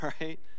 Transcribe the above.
right